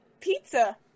Pizza